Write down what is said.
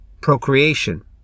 Procreation